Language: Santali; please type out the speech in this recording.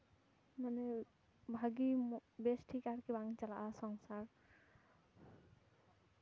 ᱢᱟᱱᱮ ᱵᱷᱟᱹᱜᱮ ᱵᱮᱥᱴᱷᱤᱠ ᱟᱨᱠᱤ ᱵᱟᱝ ᱪᱟᱞᱟᱜᱼᱟ ᱥᱚᱝᱥᱟᱨ